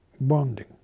bonding